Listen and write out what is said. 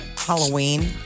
Halloween